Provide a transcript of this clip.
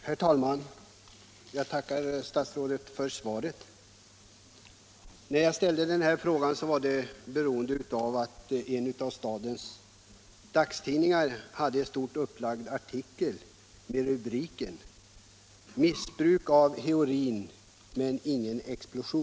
Herr talman! Jag tackar statsrådet för svaret. När jag framställde min fråga var orsaken den att en av stadens dagstidningar hade en stort uppslagen artikel med rubriken ”Missbruk av heroin, men ingen explosion”.